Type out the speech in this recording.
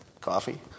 coffee